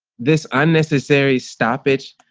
this unnecessary stoppage